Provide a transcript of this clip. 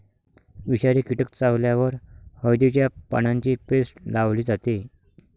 विषारी कीटक चावल्यावर हळदीच्या पानांची पेस्ट लावली जाते